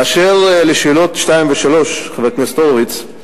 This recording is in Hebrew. אשר לשאלות 2 ו-3, חבר הכנסת הורוביץ,